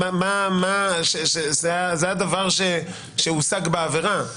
זה הדבר שהושג בעבירה.